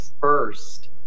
first